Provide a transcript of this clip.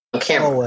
camera